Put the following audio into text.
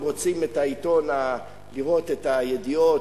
הם רוצים לראות את "ידיעות",